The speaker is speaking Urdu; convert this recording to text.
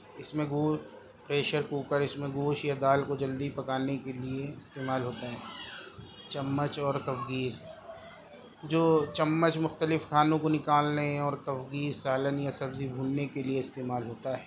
اس میں پریشر کوکر اس میں گوشت یا دال کو جلدی پکانے کے لیے استعمال ہوتا ہے چمچ اور کف گیر جو چمچ مختلف کھانوں کو نکالنے اور کف گیر سالن یا سبزی بھوننے کے لیے استعمال ہوتا ہے